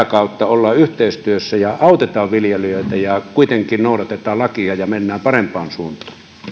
kautta ollaan yhteistyössä ja autetaan viljelijöitä ja kuitenkin noudatetaan lakia ja mennään parempaan suuntaan